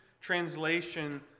translation